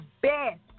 best